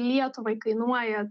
lietuvai kainuoja